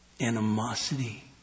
animosity